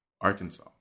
Arkansas